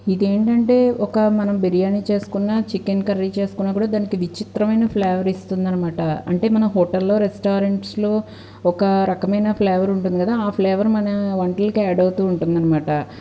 ఇదేంటంటే ఒక మనం బిర్యాని చేసుకున్నా చికెన్ కర్రీ చేసుకున్నా కూడా దానికి విచిత్రమైన ఫ్లేవర్ ఇస్తుందనమాట అంటే మన హోటల్లో రెస్టారెంట్స్లో ఒక రకమైన ఫ్లేవర్ ఉంటుంది కదా ఆ ఫ్లేవర్ మన వంటలకి యాడ్ అవుతూ ఉంటుందనమాట